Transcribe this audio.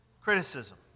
Criticism